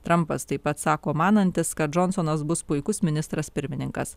trampas taip pat sako manantis kad džonsonas bus puikus ministras pirmininkas